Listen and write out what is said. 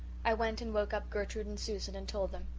i went and woke up gertrude and susan and told them.